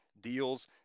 deals